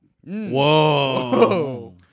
Whoa